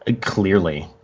Clearly